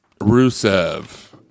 Rusev